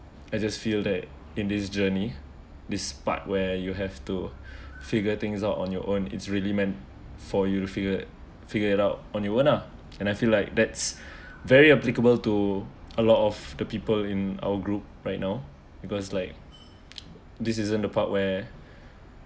I just feel that in this journey this part where you have to figure things out on your own it's really meant for you to figured figured it out on your own lah and I feel like that's very applicable to a lot of the people in our group right now because like this isn't the part where